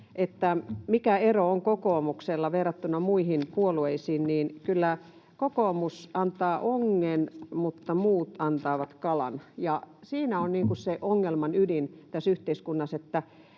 mikä ero on kokoomuksella verrattuna muihin puolueisiin. Kyllä kokoomus antaa ongen, mutta muut antavat kalan, ja siinä on se ongelman ydin tässä yhteiskunnassa.